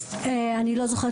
אני לא זוכרת.